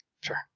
sure